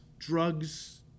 Drugs